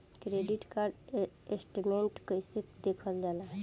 Credit card statement कइसे देखल जाला?